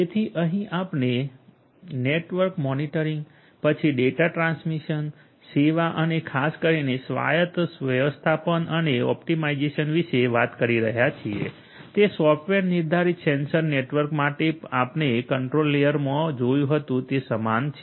તેથી અહીં આપણે નેટવર્ક મોનિટરિંગ પછી ડેટા ટ્રાન્સમિશન સેવા અને ખાસ કરીને સ્વાયત વ્યવસ્થાપન અને ઓપ્ટિમાઇઝેશન વિશે વાત કરી રહ્યા છીએ તે સોફ્ટવેર નિર્ધારિત સેન્સર નેટવર્ક માટે આપણે કંટ્રોલ લેયરમાં જોયું હતું તે સમાન છે